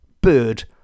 bird